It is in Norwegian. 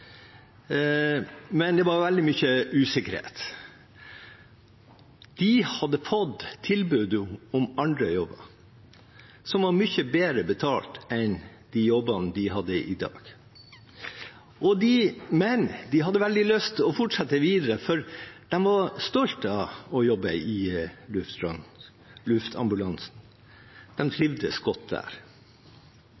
Men det var veldig mye usikkerhet. De hadde fått tilbud om andre jobber, som var mye bedre betalt enn de jobbene de hadde i dag. Men de hadde veldig lyst til å fortsette, for de var stolte av å jobbe i